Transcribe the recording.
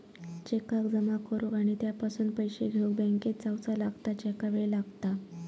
चेकाक जमा करुक आणि त्यापासून पैशे घेउक बँकेत जावचा लागता ज्याका वेळ लागता